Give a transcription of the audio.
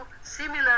similar